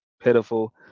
pitiful